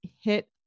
hit